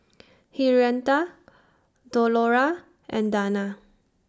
Henrietta Delora and Dana